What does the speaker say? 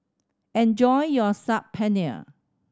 enjoy your Saag Paneer